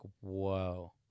whoa